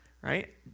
right